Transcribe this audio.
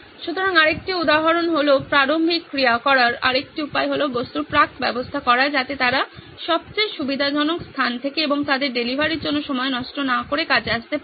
সুতরাং আরেকটি উদাহরণ হলো বা প্রারম্ভিক ক্রিয়া করার আরেকটি উপায় হলো বস্তুর প্রাক ব্যবস্থা করা যাতে তারা সবচেয়ে সুবিধাজনক স্থান থেকে এবং তাদের ডেলিভারির জন্য সময় নষ্ট না করে কাজে আসতে পারে